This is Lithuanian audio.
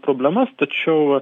problemas tačiau